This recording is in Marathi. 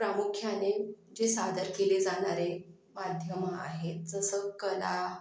प्रामुख्याने जे सादर केले जाणारे माध्यमं आहेत जसं कला